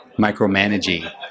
micromanaging